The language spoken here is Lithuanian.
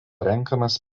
renkamas